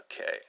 Okay